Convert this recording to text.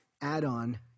add-on